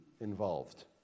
involved